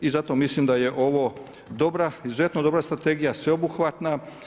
I zato mislim da je ovo dobra, izuzetno dobra strategija, sveobuhvatna.